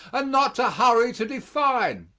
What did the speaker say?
and not to hurry to define.